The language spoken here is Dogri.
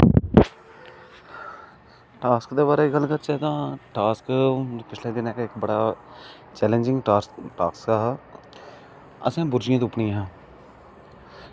टास्क दे बारै च गल्ल करचै जां टास्क पिच्छले दिनें गै इक्क बड़ा चैलेंजिंग टास्क हा असें बुर्जियां तुप्पनियां हियां